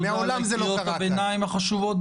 תודה על קריאות הביניים החשובות,